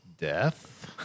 Death